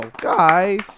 guys